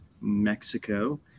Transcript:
Mexico